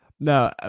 No